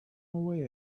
away